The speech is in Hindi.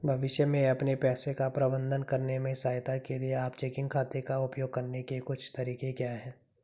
भविष्य में अपने पैसे का प्रबंधन करने में सहायता के लिए आप चेकिंग खाते का उपयोग करने के कुछ तरीके क्या हैं?